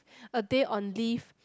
a day on leave